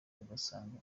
ugasanga